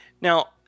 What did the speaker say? Now